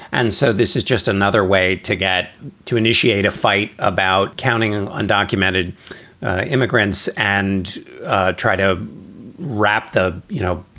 and so this is just another way to get to initiate a fight about counting and undocumented immigrants and try to wrap the, you know,